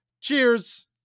Cheers